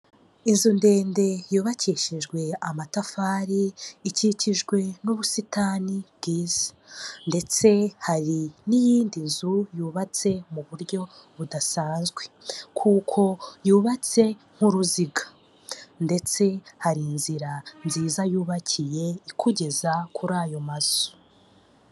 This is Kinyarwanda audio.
Inzu ndende yubakishijwe amatafari, ikikijwe n'ubusitani bwiza, ndetse hari n'iyindi nzu yubatse mu buryo budasanzwe, kuko yubatse nk'uruziga. Ndetse hari inzira nziza yubakiye ikugeza kuri ayo mazu.